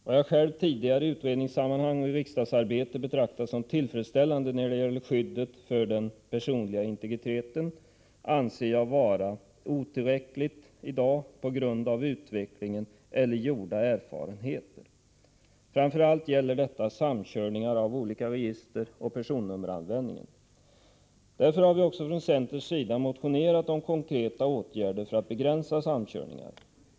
Vad jag själv tidigare i utredningssammanhang och i riksdagsarbetet betraktat som tillfredsställande när det gäller skyddet för den personliga integriteten anser jag i dag vara otillräckligt på grund av utvecklingen eller på grund av gjorda erfarenheter. Framför allt gäller detta samkörningar av olika register och personnummeranvändningen. Därför har vi också från centerns sida motionerat om konkreta åtgärder för att begränsa samkörningarna.